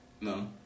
No